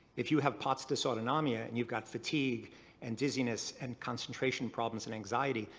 if you have pots dysautonomia and you've got fatigue and dizziness and concentration problems and anxiety,